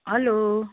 hello